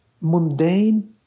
mundane